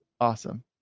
awesome